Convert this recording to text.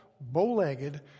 bow-legged